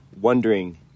wondering